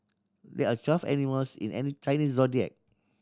there are just animals in an Chinese Zodiac